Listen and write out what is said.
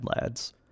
lads